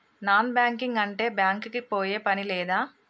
Non banking అంటే bank కి పోయే పని లేదా?